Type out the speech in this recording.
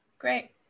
great